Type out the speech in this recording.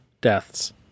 deaths